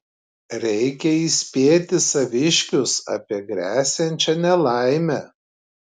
reikia įspėti saviškius apie gresiančią nelaimę